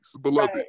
beloved